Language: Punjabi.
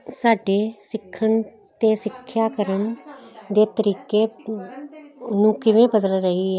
ਸਾਡੇ ਸਿੱਖਣ ਅਤੇ ਸਿੱਖਿਆ ਕਰਨ ਦੇ ਤਰੀਕੇ ਨੂੰ ਕਿਵੇਂ ਬਦਲ ਰਹੀ ਹੈ